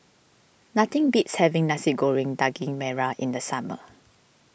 nothing beats having Nasi Goreng Daging Merah in the summer